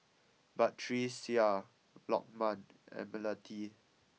Batrisya Lokman and Melati